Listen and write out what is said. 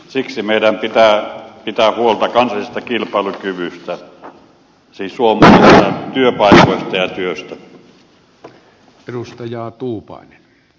siksi meidän pitää pitää huolta kansallisesta kilpailukyvystä siis suomalaisista työpaikoista ja työstä